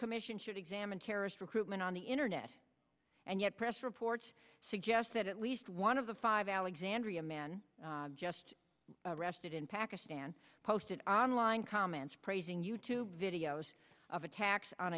commission should examine terrorist recruitment on the internet and yet press reports suggest that at least one of the five alexandria a man just arrested in pakistan posted online comments praising you tube videos of attacks on